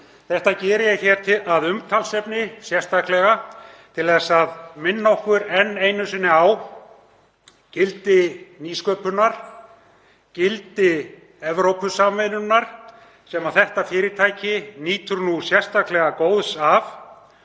Þetta geri ég að umtalsefni sérstaklega til að minna okkur enn einu sinni á gildi nýsköpunar, gildi Evrópusamvinnunnar, sem þetta fyrirtæki nýtur nú sérstaklega góðs af